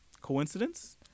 Coincidence